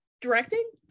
Directing